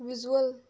visual